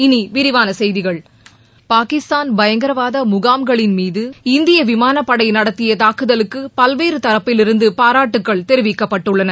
இனி விரிவான செய்திகள் பாகிஸ்தான் பயங்கரவாத முகாம்கள் மீது இந்திய விமானப்படை நடத்திய தாக்குதலுக்கு பல்வேறு தரப்பிலிருந்து பாராட்டுகள் தெரிவிக்கப்பட்டுள்ளன